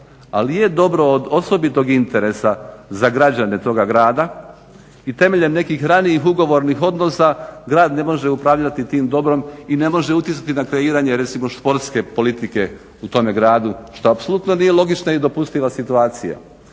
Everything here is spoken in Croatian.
al je dobro od osobitog interesa za građane toga grada i temeljem nekih ranijih ugovornih odnosa grad ne može upravljati tim dobrom i ne može utjecati na kreiranje recimo športske politike u tom gradu što apsolutno nije logična i dopustiva situacija.